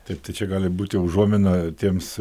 taip tai čia gali būti užuomina tiems